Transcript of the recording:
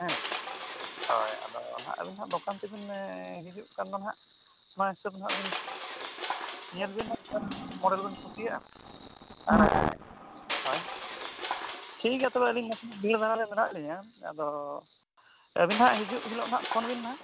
ᱦᱮᱸ ᱦᱳᱭ ᱟᱫᱚ ᱟᱹᱵᱤᱱ ᱱᱟᱦᱟᱜ ᱫᱳᱠᱟᱱ ᱛᱮᱵᱤᱱ ᱦᱤᱡᱩᱜ ᱠᱟᱱᱟ ᱱᱟᱦᱟᱜ ᱚᱱᱟ ᱦᱤᱥᱟᱹᱵ ᱫᱚ ᱟᱹᱵᱤᱱ ᱧᱮᱞ ᱵᱤᱱ ᱢᱚᱰᱮᱞ ᱵᱤᱱ ᱠᱩᱥᱤᱭᱟᱜᱼᱟ ᱦᱳᱭ ᱴᱷᱤᱠ ᱜᱮᱭᱟ ᱛᱚᱵᱮ ᱟᱹᱞᱤᱧ ᱱᱟᱥᱮᱱᱟᱜ ᱵᱷᱤᱲ ᱫᱷᱟᱨᱟ ᱨᱮ ᱢᱮᱱᱟᱜ ᱞᱤᱧᱟ ᱟᱫᱚ ᱟᱵᱤᱱ ᱱᱟᱦᱟᱜ ᱦᱤᱡᱩᱜ ᱦᱤᱞᱳᱜ ᱯᱷᱳᱱ ᱵᱤᱱ ᱱᱟᱦᱟᱜ